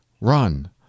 run